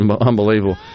Unbelievable